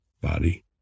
body